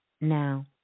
now